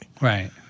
Right